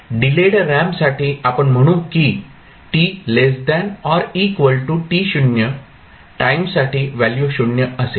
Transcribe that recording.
delayed रॅम्पसाठी आपण म्हणू की टाईमसाठी व्हॅल्यू 0 असेल